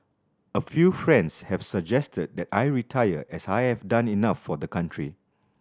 a few friends have suggested that I retire as I have done enough for the country